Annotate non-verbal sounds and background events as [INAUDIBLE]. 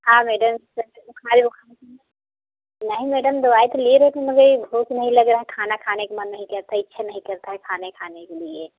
हाँ मैडम [UNINTELLIGIBLE] नहीं मैडम दवाई तो ले रहे थे मगर ये भूख नहीं लग रहा है खाना खाने का मन नहीं करता इच्छा नहीं करता है खाने खाने के लिए